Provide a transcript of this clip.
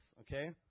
Okay